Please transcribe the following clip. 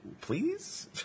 please